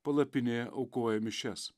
palapinėje aukoja mišias